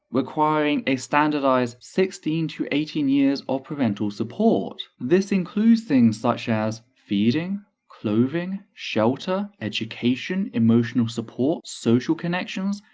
requiring a standardised sixteen to eighteen years of parental support. this includes things such as feeding, clothing, shelter, education, emotional support, social connections,